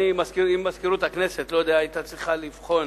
אם מזכירות הכנסת היתה צריכה לבחון